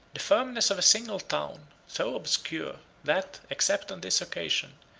the firmness of a single town, so obscure, that, except on this occasion,